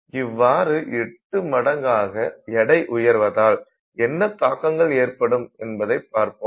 இவ்வாறு எட்டு மடங்காக எடை உயர்வதால் என்ன தாக்கங்கள் ஏற்படும் என்பதை பார்ப்போம்